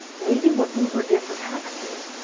maybe what uber did for taxis,